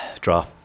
Draw